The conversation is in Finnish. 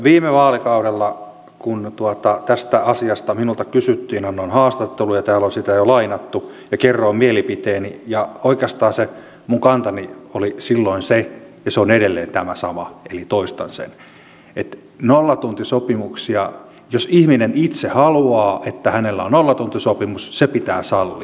viime vaalikaudella kun tästä asiasta minulta kysyttiin annoin haastatteluja täällä on niitä jo lainattu ja kerroin mielipiteeni ja oikeastaan se minun kantani oli silloin se ja se on edelleen tämä sama eli toistan sen että jos ihminen itse haluaa että hänellä on nollatuntisopimus se pitää sallia